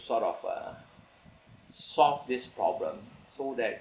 sort of uh solve this problem so that